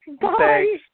Bye